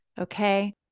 okay